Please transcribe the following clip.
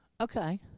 okay